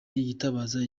yitabaza